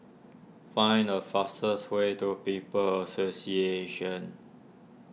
find the fastest way to People's Association